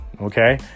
okay